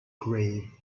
grave